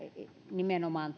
nimenomaan